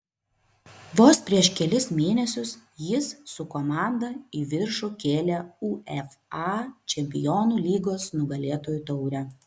vos prieš kelis mėnesius jis su komanda į viršų kėlė uefa čempionų lygos nugalėtojų taurę